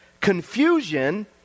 confusion